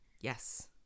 Yes